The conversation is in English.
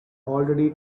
already